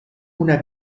una